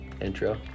intro